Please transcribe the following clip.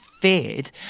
feared